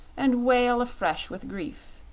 and wail afresh with grief.